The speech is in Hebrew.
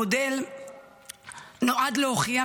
המודל נועד להוכיח,